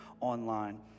online